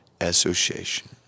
association